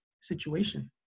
situation